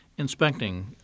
inspecting